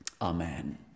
Amen